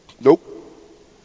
Nope